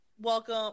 Welcome